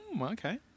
Okay